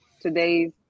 today's